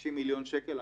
90 מיליון שקל.